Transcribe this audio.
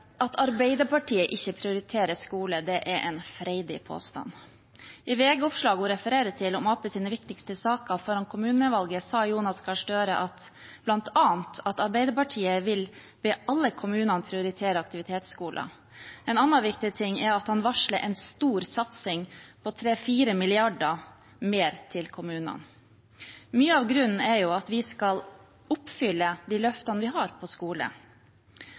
at Arbeiderpartiet ikke prioriterer skole, er en freidig påstand. I VG-oppslaget hun refererer til om Arbeiderpartiets viktigste saker foran kommunevalget, sa Jonas Gahr Støre bl.a. at Arbeiderpartiet vil be alle kommunene prioritere aktivitetsskolen. En annen viktig ting er at han varsler en stor satsing på 3–4 mrd. kr mer til kommunene. Mye av grunnen er at vi skal oppfylle de løftene vi har når det gjelder skole.